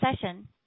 session